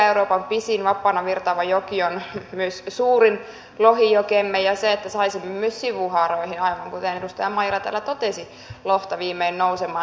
euroopan pisin vapaana virtaava joki on myös suurin lohijokemme ja olisi hyvä että saisimme myös sivuhaaroihin aivan kuten edustaja maijala täällä totesi lohta viimein nousemaan